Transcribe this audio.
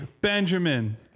Benjamin